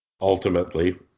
ultimately